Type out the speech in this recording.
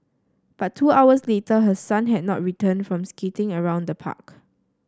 but two hours later her son had not returned from skating around the park